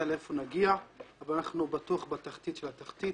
להיכן נגיע אבל אנחנו בתחתית של התחתית,